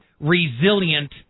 resilient